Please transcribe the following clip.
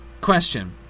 question